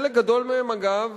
חלק גדול מהם, אגב,